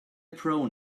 prone